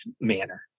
manner